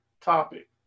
topic